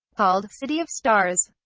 called city of stars,